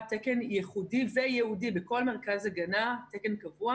קבעה תקן ייחודי וייעודי בכל מרכז הגנה, תקן קבוע